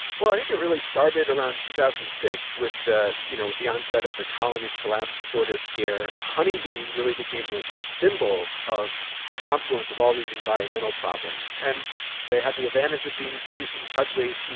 well, i think it really started around two thousand and six with the you know with the onset of the colony collapse disorder scare. honeybees really became this symbol of confluence of all these environmental problems. and they had the advantage of being cute, and cuddly,